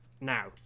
Now